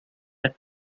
the